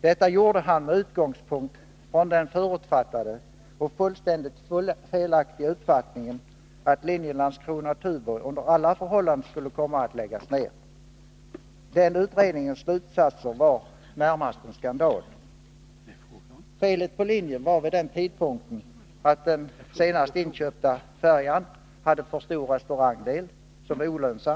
Detta gjorde han med utgångspunkt i den förutfattade och fullständigt felaktiga meningen att linjen Landskrona-Tuborg under alla förhållanden skulle komma att läggas ned. Den utredningens slutsatser var närmast en skandal. Felet på linjen var vid den tidpunkten att den senast inköpta färjan hade en för stor restaurangdel, som var olönsam.